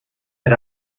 set